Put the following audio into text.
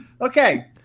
Okay